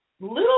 Little